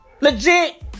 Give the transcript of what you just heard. Legit